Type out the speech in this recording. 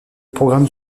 programme